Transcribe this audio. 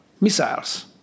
missiles